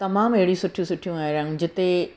तमामु अहिड़ी सुठियूं सुठियूं एरियाऊं जिते